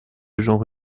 genre